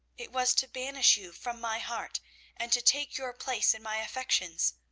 it was to banish you from my heart and to take your place in my affections.